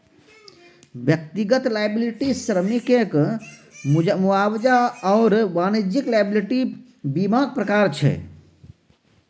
व्यक्तिगत लॉयबिलटी श्रमिककेँ मुआवजा आओर वाणिज्यिक लॉयबिलटी बीमाक प्रकार छै